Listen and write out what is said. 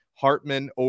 Hartman